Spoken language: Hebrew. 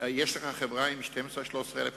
יש לך חברה עם 12,000 13,000 עובדים,